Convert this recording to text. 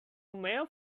male